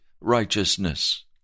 righteousness